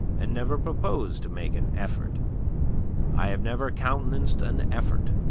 and never propose to make an effort i have never countenanced an effort,